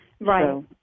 Right